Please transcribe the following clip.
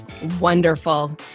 wonderful